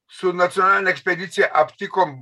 su nacionaline ekspedicija aptikom